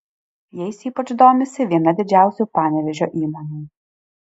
jais ypač domisi viena didžiausių panevėžio įmonių